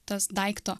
tas daikto